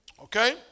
Okay